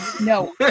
no